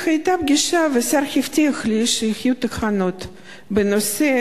היתה פגישה, והשר הבטיח לי שיהיו תקנות בנושא